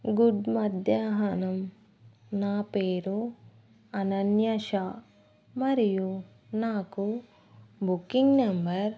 good మధ్యాహ్నం నా పేరు అనన్యా షా మరియు నాకు బుకింగ్ నెంబర్